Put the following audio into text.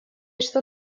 что